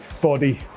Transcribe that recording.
body